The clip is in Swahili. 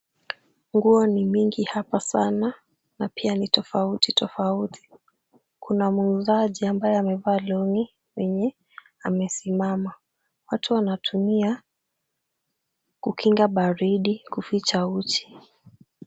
Nguo ni mingi hapa sana na pia ni tofauti tofauti. Kuna muuzaji ambaye amevaa long'i mwenye amesimama. Watu wanatumia kukinga baridi, kuficha uchi.